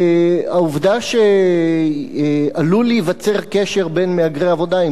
העובדה שעלול להיווצר קשר בין מהגרי העבודה,